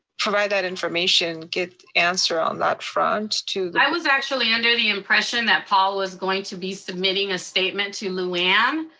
provide that information, get answer on that front i was actually under the impression that paul was going to be submitting a statement to lou anne.